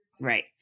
Right